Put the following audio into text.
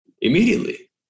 immediately